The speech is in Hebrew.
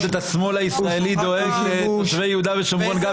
את השמאל הישראלי דואג לתושבי יהודה ושומרון.